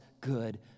good